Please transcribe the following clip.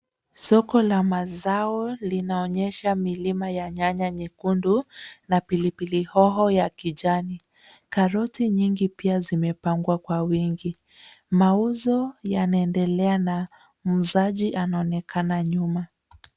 soko la mazao linaonyesha milima ya nyanya nyekundu, na pilipili hoho ya kijani. Karoti nyingi pia zimepangwa kwa wingi. Mauzo yanaendelea na muuzaji anaonekana nyuma.